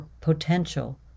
potential